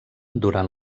durant